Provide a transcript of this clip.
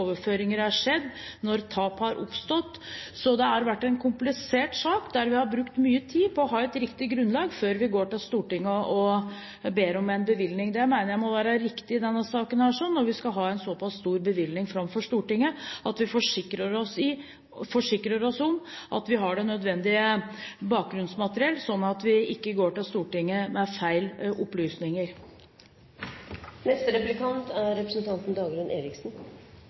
overføringer har skjedd, når tap har oppstått. Dette har vært en komplisert sak; vi har brukt mye tid for å få et riktig grunnlag før vi går til Stortinget og ber om en bevilgning. Jeg mener det i denne saken må være riktig, når vi skal legge fram en såpass stor bevilgning for Stortinget, at vi forsikrer oss om at vi har det nødvendige bakgrunnsmateriale, slik at vi ikke går til Stortinget med gale opplysninger.